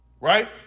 Right